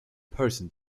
person